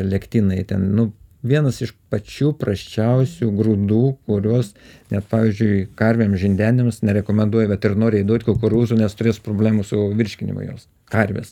lektinai ten vienas iš pačių prasčiausių grūdų kuriuos net pavyzdžiui karvėm žindenėms nerekomenduoja bet ir noriai duot kukurūzų nes turės problemų su virškinimu juos karvės